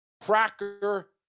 cracker